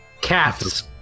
cats